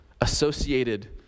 associated